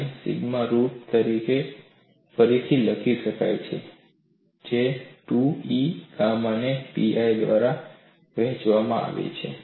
આને sigma root તરીકે ફરીથી લખી શકાય છે જે 2E ગામાને pi દ્વારા વહેંચવામાં આવે છે